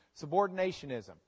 Subordinationism